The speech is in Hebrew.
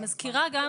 למה?